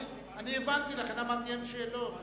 אני הבנתי, לכן אמרתי שאין שאלות.